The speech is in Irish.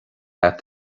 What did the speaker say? agat